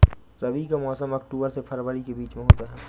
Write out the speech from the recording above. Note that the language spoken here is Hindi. रबी का मौसम अक्टूबर से फरवरी के बीच में होता है